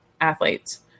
athletes